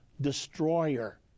destroyer